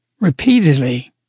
repeatedly